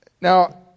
Now